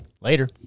Later